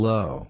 Low